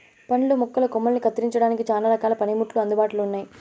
పండ్ల మొక్కల కొమ్మలని కత్తిరించడానికి చానా రకాల పనిముట్లు అందుబాటులో ఉన్నయి